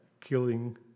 killing